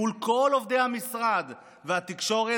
מול כל עובדי המשרד והתקשורת,